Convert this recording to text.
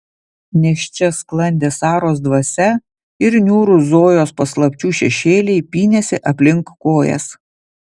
nes čia sklandė saros dvasia ir niūrūs zojos paslapčių šešėliai pynėsi aplink kojas